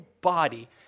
body